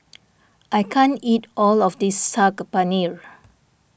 I can't eat all of this Saag Paneer